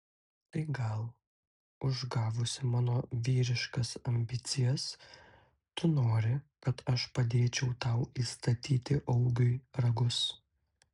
tai gal užgavusi mano vyriškas ambicijas tu nori kad aš padėčiau tau įstatyti augiui ragus